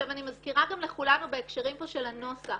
אני מזכירה לכולנו בהקשרים של הנוסח,